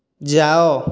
ଯାଅ